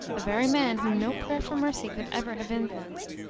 the very man whom no prayer for mercy could ever have influenced,